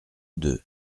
deux